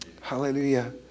Hallelujah